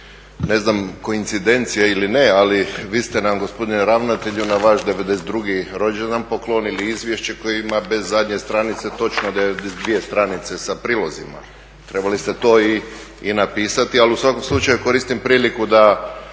Ne znam koincidencija ili ne ali vi ste nam gospodine ravnatelju na vaš 92. rođendan poklonili izvješće koje ima bez zadnje stranice točno 92 stranice sa prilozima. Trebali ste to i napisati ali u svakom slučaju koristim priliku da